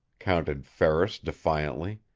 countered ferris defiantly.